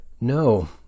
No